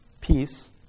Peace